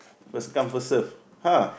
first come first serve !ha!